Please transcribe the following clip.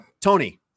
Tony